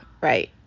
right